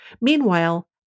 Meanwhile